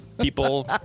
People